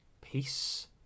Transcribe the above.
Peace